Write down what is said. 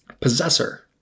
Possessor